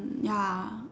mm ya